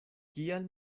kial